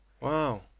Wow